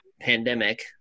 pandemic